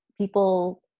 people